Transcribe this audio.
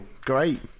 Great